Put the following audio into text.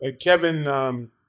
Kevin